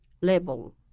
level